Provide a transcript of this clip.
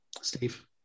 Steve